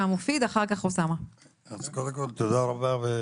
אז קודם כל תודה רבה.